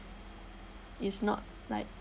it's not like